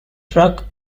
truck